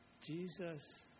Jesus